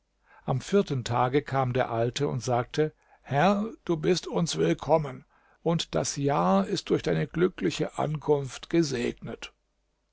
am vierten tage kam der alte und sagte herr du bist uns willkommen und das jahr ist durch deine glückliche ankunft gesegnet